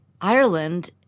Ireland